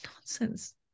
Nonsense